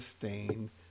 sustain